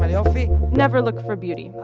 but ah never look for beauty.